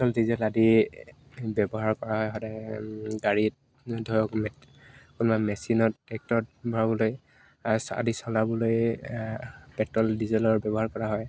petrol diesel আদি ব্যৱহাৰ কৰা হয় সদায় গাড়ীত ধৰক কোনোবা মেচিনত ট্ৰেক্টৰত ভৰাবলৈ আদি চলাবলৈ পেট্ৰ'ল ডিজেলৰ ব্যৱহাৰ কৰা হয়